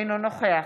אינו נוכח